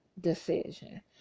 decision